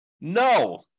No